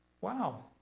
Wow